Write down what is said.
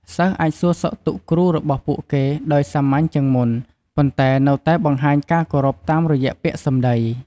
សិស្សអាចសួរសុខទុក្ខគ្រូរបស់ពួកគេដោយសាមញ្ញជាងមុន ប៉ុន្តែនៅតែបង្ហាញការគោរពតាមរយៈពាក្យសម្តី។